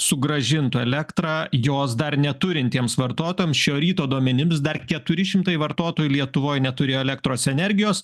sugrąžintų elektrą jos dar neturintiems vartotojams šio ryto duomenims dar keturi šimtai vartotojų lietuvoj neturi elektros energijos